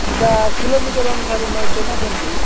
ଏଇଟା କିଲୋମିଟର ଅନୁସାରେ ନ ନେଉଛ ନା କେମିତି